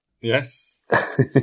Yes